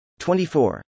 24